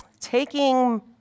Taking